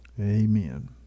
Amen